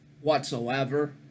Whatsoever